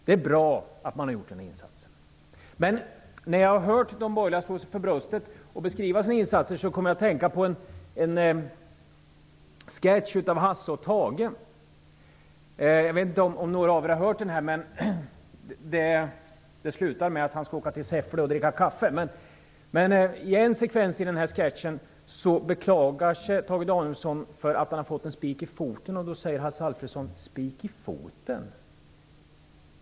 Det är bra att man har gjort den här insatsen. Men när jag har hört de borgerliga slå sig för bröstet och beskriva sina insatser har jag kommit att tänka på en sketch av Hasse och Tage, som slutar med att man skall åka till Säffle och dricka kaffe. I den här sketchen beklagar sig Tage Danielsson över att han har fått en spik i foten. Då säger Hasse Alfredson: Spik i foten!